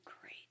great